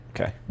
Okay